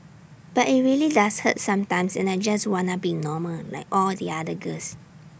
but IT really does hurt sometimes and I just wanna be normal like all the other girls